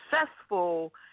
successful